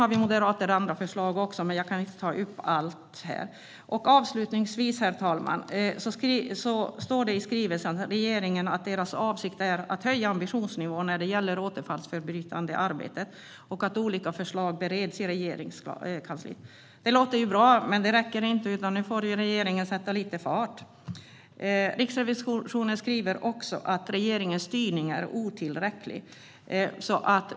Vi moderater har också andra förslag. Men jag kan inte ta upp allt här. Herr talman! Avslutningsvis står det i skrivelsen att regeringens avsikt är att höja ambitionsnivån när det gäller återfallsförebyggande arbete och att olika förslag bereds i Regeringskansliet. Det låter bra, men det räcker inte. Nu får regeringen sätta lite fart. Riksrevisionen skriver också att regeringens styrning är otillräcklig.